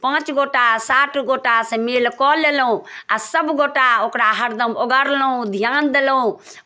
पाँच गोटा सात गोटासँ मेल कऽ लेलहुँ आ सभगोटा ओकरा हरदम ओगरलहुँ ध्यान देलहुँ